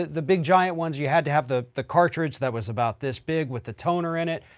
the, the big giant ones, you had to have the, the cartridge that was about this big with the toner in it.